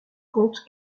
compte